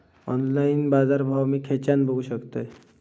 Online बाजारभाव मी खेच्यान बघू शकतय?